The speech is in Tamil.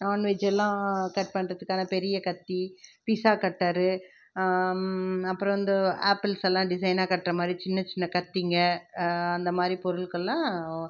நான் வெஜ்ஜெல்லாம் கட் பண்றத்துக்கான பெரிய கத்தி பீஸா கட்டரு அப்பறம் இந்த ஆப்பிள்ஸ் எல்லாம் டிசைனாக கட்ற மாதிரி சின்ன சின்ன கத்திங்க அந்த மாதிரி பொருள்கள்லாம்